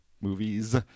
movies